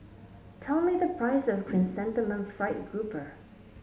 tell me the price of Chrysanthemum Fried Grouper